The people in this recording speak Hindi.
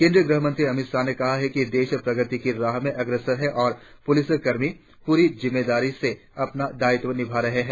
केंद्रीय गृहमंत्री अमित शाह ने कहा है कि देश प्रगति की राह पर अग्रसर है और पुलिस कर्मी पूरी जिम्मेदारी से अपना दायित्व निभा रहे हैं